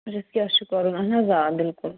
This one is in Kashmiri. اَچھا کیٛاہ چھُ کَرُن اَہَن حظ آ بِلکُل